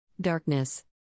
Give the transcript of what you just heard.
Darkness